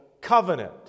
covenant